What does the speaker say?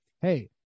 hey